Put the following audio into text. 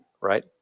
right